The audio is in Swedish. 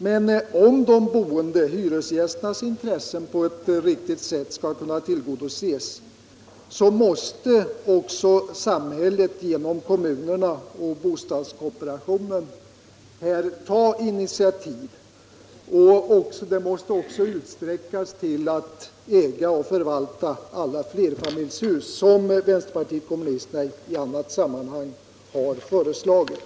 Men om hyresgästernas intressen skall kunna tillgodoses på ett riktigt sätt måste också samhället genom kommunerna och bostadskooperationen ta initiativ på detta område. Det måste också utsträckas till ägande och förvaltning av alla flerfamiljshus, som vänsterpartiet kommunisterna föreslagit i annat sammanhang.